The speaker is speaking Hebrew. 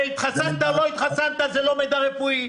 התחסנת או לא התחסנת זה לא מידע רפואי,